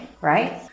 right